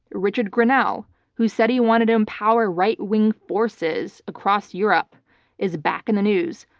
richard grenell who said he wanted to empower rightwing forces across europe is back in the news.